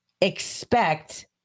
expect